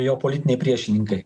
jo politiniai priešininkai